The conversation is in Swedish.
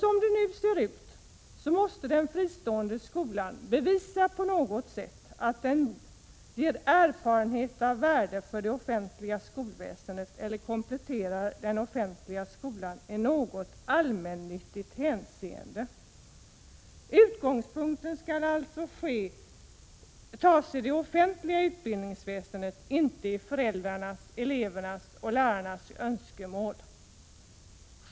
Som det nu ser ut måste de fristående skolorna på något vis bevisa att de ger erfarenheter av värde för det offentliga skolväsendet eller kompletterar den offentliga skolan i något allmännyttigt hänseende. Utgångspunkten är alltså det offentliga utbildningsväsendet, inte föräldrarnas, elevernas eller lärarnas önskemål.